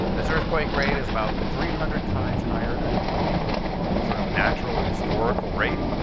this earthquake rate is about three hundred times higher than the sort of natural or historical rate.